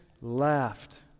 laughed